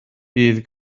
bydd